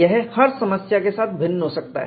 यह हर समस्या के साथ भिन्न हो सकता है